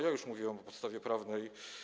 Już mówiłem o podstawie prawnej.